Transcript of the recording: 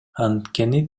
анткени